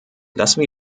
lassen